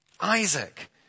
Isaac